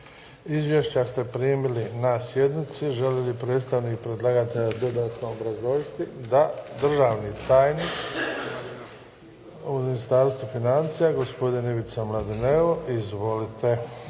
Izvješća ste primili na sjednici. Želi li predstavnik predlagatelja dodatno obrazložiti? Da. Državni tajnik u Ministarstvu financija, gospodin Ivica Mladineo. Izvolite.